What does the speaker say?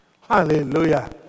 Hallelujah